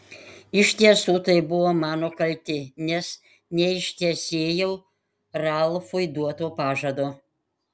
iš tiesų tai buvo mano kaltė nes neištesėjau ralfui duoto pažado